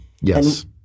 Yes